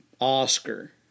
Oscar